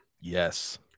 Yes